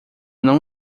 não